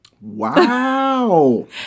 Wow